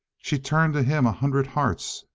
she turned to him a hundred hearts,